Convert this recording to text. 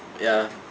ya